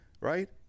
right